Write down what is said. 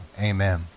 Amen